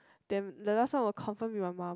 then the last one will confirm be my mum